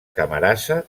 camarasa